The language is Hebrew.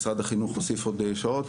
משרד החינוך הוסיף עוד שעות,